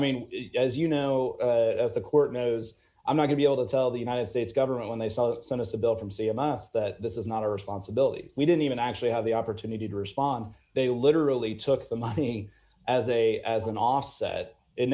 mean as you know as the court knows i'm going to be able to tell the united states government when they saw it sent us a bill from say amounts that this is not our responsibility we don't even actually have the opportunity to respond they literally took the money as a as an offset it